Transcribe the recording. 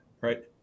right